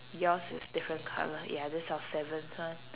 yours is different colour ya that's our seventh one